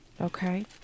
Okay